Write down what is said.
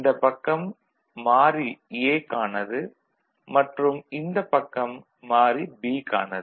இந்தப் பக்கம் மாறி A க்கானது மற்றும் இந்தப் பக்கம் மாறி B க்கானது